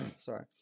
Sorry